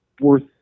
worth